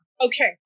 Okay